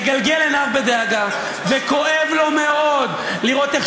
מגלגל עיניו בדאגה וכואב לו מאוד לראות איך